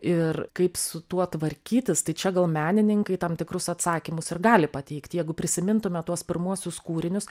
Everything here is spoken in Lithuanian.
ir kaip su tuo tvarkytis tai čia gal menininkai tam tikrus atsakymus ir gali pateikti jeigu prisimintume tuos pirmuosius kūrinius